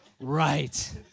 right